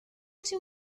too